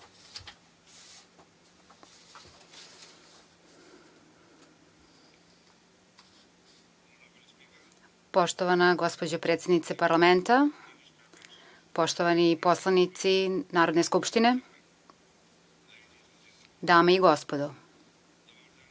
Poštovana gospođo predsednice parlamenta, poštovani poslanici Narodne skupštine, dame i gospodo,